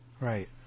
Right